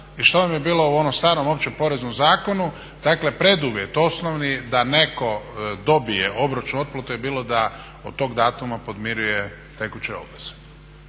i što vam je bilo u onom starom opće poreznom zakonu. Dakle preduvjet osnovni da neko dobije obročnu otplatu je bilo da od tog datuma podmiruje tekuće obveze